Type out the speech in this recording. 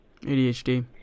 ADHD